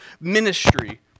ministry